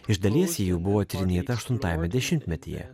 iš dalies ji jau buvo tyrinėta aštuntajame dešimtmetyje